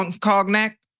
Cognac